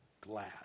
glad